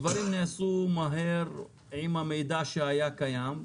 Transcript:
דברים נעשו מהר עם המידע שהיה קיים,